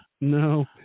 No